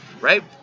right